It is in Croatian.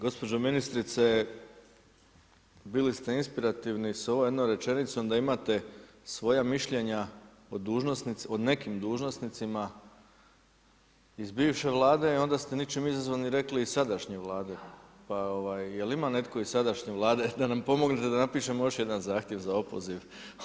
Gospođo ministrice bili ste inspirativni sa ovom jednom rečenicom da imate svoja mišljenja o nekim dužnosnicima iz bivše Vlade i onda ste ničim izazvani rekli i sadašnje Vlade, pa jel' ima netko iz sadašnje Vlade da nam pomogne da napišemo još jedan zahtjev za opoziv.